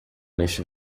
neste